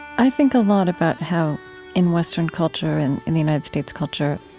i think a lot about how in western culture, and in the united states culture,